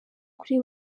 kuri